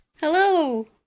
Hello